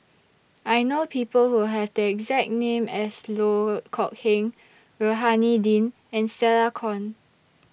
I know People Who Have The exact name as Loh Kok Heng Rohani Din and Stella Kon